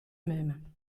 mêmes